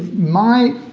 my